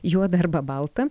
juoda arba balta